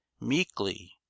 meekly